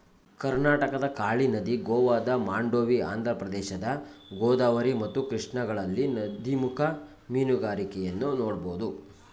ಕರ್ನಾಟಕದ ಕಾಳಿ ನದಿ, ಗೋವಾದ ಮಾಂಡೋವಿ, ಆಂಧ್ರಪ್ರದೇಶದ ಗೋದಾವರಿ ಮತ್ತು ಕೃಷ್ಣಗಳಲ್ಲಿ ನದಿಮುಖ ಮೀನುಗಾರಿಕೆಯನ್ನು ನೋಡ್ಬೋದು